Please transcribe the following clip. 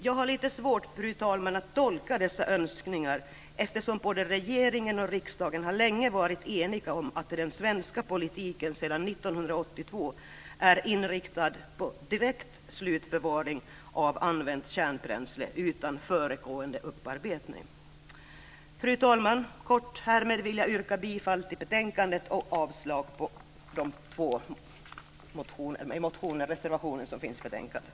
Jag har lite svårt, fru talman, att tolka dessa önskningar eftersom både regeringen och riksdagen länge har varit eniga om att den svenska politiken sedan 1982 är inriktad på direkt slutförvaring av använt kärnbränsle utan föregående upparbetning. Fru talman! Härmed yrkar jag bifall till hemställan i betänkandet och avslag på de motioner och reservationer som behandlas i betänkandet.